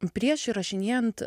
prieš įrašinėjant